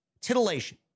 Titillation